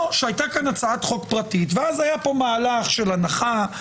או שהייתה כאן הצעת חוק פרטית ואז היה כאן מהלך של הנחה,